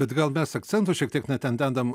bet gal mes akcentų šiek tiek ne ten dedam